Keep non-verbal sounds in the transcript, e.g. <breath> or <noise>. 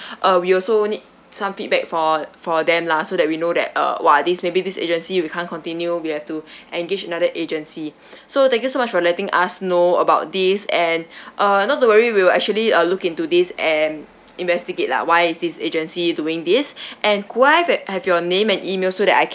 uh we also need some feedback for for them lah so that we know that uh !wah! this maybe this agency we can't continue we have to engage another agency so thank you so much for letting us know about this and <breath> uh not to worry we will actually uh look into this and investigate lah why is this agency doing this <breath> and could I ha~ have your name and email so that I